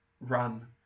run